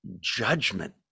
judgment